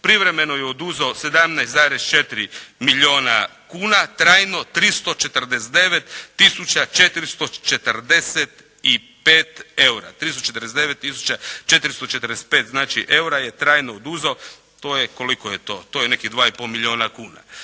Privremeno je oduzeo 17,4 milijuna kuna, trajno 349 tisuća 445 eura. 349 tisuća 445 znači eura je trajno oduzeo. To je, koliko je to? To je nekih 2,5 milijuna kuna.